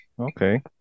Okay